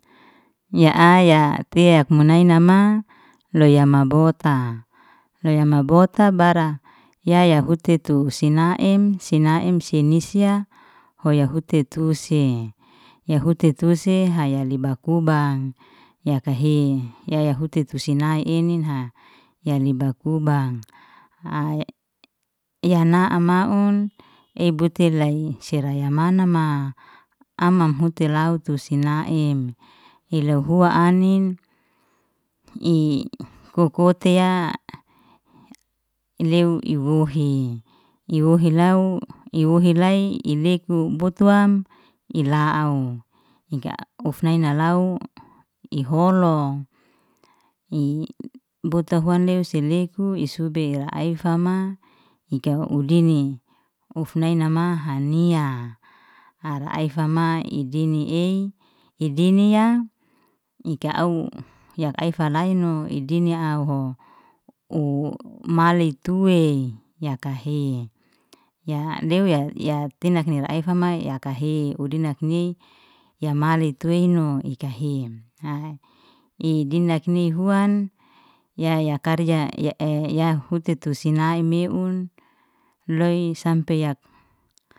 Ya aya tiak munaina nama loy yama bota, loya mabota bara yaya huti tu si naim, si naim si nisya, hoya huti tusi, ya huti tusi haya adi bakubang, yakahe yaya huti tu sinai ininha, ya ni bakubang ai, yana amaun ei buti lai sera yama mana ma, amam huti rau tu si naim, i lohua anin, i kokoteya i lew i wuhi, yuhi ni law, yuhi law i leku bootwan i law au, ika uf naina law, i holong i botu huan le si leku i subera ai fama, i kahahu idini. Ufnai nama hania, har ai fama i dini ei i diniya ika au, ya ai falay nu i dini auho, u mali tuwe yakahe, ya lew ya tinakni ra ai fmi yakahe u dinik ne, ya male tuino ikah i dinak ni huan ya ya karja, yhe ya hutu sinai meun loy sampe yak.